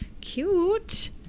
cute